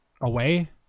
away